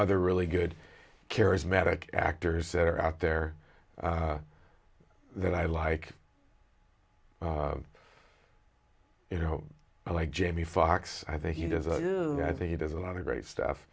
other really good charismatic actors that are out there that i like you know i like jamie foxx i think he does i do i think he does a lot of great stuff